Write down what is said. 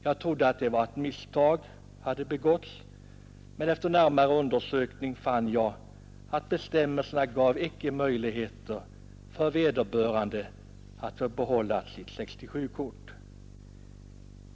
Jag trodde att ett misstag hade begåtts, men efter närmare undersökning fann jag att bestämmelserna icke gav möjlighet för vederbörande att få behålla sitt 67-kort.